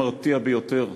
מרתיעה ביותר,